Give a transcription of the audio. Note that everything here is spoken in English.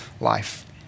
life